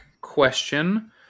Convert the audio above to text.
question